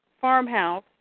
farmhouse